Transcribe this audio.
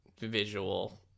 visual